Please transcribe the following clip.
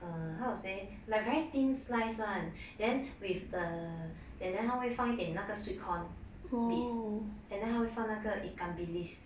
uh how to say like very thin slice [one] then with the and then 她会放一点那个 sweetcorn bits and then 她会放那个 ikan bilis